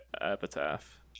Epitaph